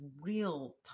real